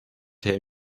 herr